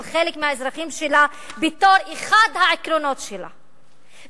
חלק מהאזרחים שלה בתור אחד העקרונות שלה,